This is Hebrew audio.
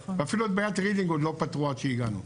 ואפילו את בעיית רידינג עוד לא פתרו עד שהגענו.